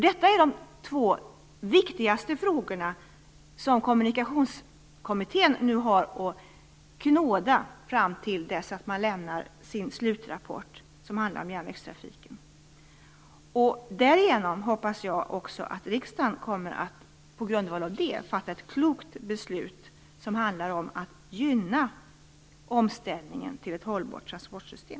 Detta är de två viktigaste frågorna som Kommunikationskommittén nu har att knåda fram till dess att man lämnar sin slutrapport om järnvägstrafiken. Jag hoppas att riksdagen på grundval av denna kommer att fatta ett klokt beslut, som gynnar omställningen till ett hållbart transportsystem.